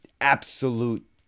absolute